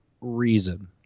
reason